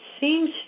seems